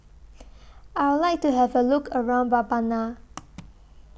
I Would like to Have A Look around Mbabana